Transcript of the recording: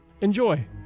Enjoy